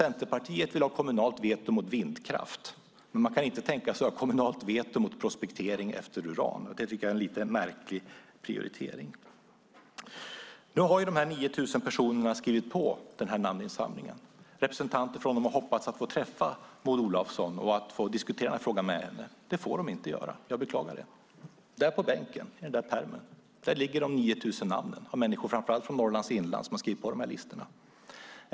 Centerpartiet vill ha ett kommunalt veto mot vindkraft, men man kan inte tänka sig att ha ett kommunalt veto mot prospektering efter uran. Jag tycker att det är en lite märkligt prioritering. Nu har dessa 9 000 personer skrivit på den här namninsamlingen. Representanter för dem hade hoppats att få träffa Maud Olofsson och diskutera frågan med henne. Det får de inte göra. Jag beklagar det. Där på bänken i den där pärmen ligger de 9 000 namnen. Det är framför allt människor från Norrlands inland som har skrivit på de här listorna.